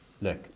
Look